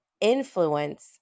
influence